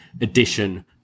edition